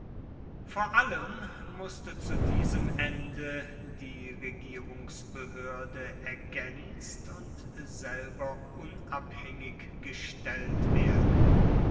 vor allem mußte zu diesem ende die regierungsbehörde ergänzt und selber unabhängig gestellt werden